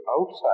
outside